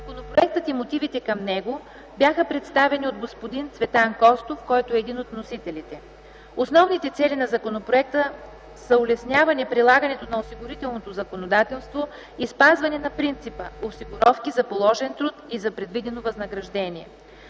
Законопроектът и мотивите към него бяха представени от господин Цветан Костов, който е един от вносителите. Основните цели на законопроекта са улесняване прилагането на осигурителното законодателство и спазване на принципа – осигуровки за положен труд и за предвидено възнаграждение.